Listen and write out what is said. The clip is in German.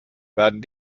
werden